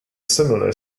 similar